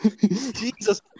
Jesus